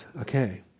Okay